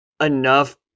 enough